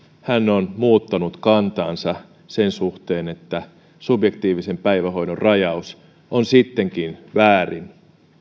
on muuttanut kantaansa sen suhteen että subjektiivisen päivähoidon rajaus on sittenkin väärin